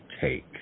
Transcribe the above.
take